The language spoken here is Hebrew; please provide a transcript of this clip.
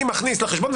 אני מכניס לחשבון,